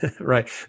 Right